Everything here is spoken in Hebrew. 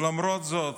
למרות זאת,